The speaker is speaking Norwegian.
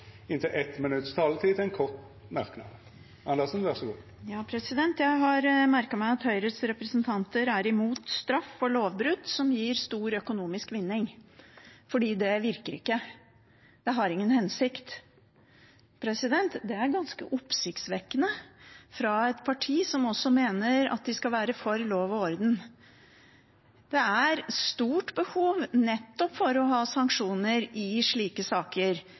meg at Høyres representanter er imot straff for lovbrudd som gir stor økonomisk vinning, fordi det ikke virker og har ingen hensikt. Det er ganske oppsiktsvekkende fra et parti som også mener at de er for lov og orden. Det er et stort behov for å ha sanksjoner i nettopp slike saker,